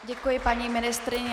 Děkuji paní ministryni.